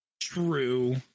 true